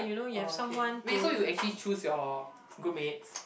oh okay wait so you actually choose your groupmates